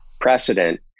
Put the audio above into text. precedent